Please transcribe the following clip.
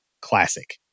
Classic